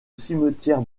cimetière